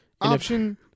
option